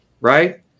right